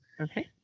okay